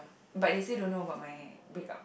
but they still don't know ore about my breakup